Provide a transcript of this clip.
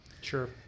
Sure